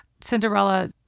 Cinderella